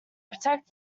protect